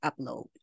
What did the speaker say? upload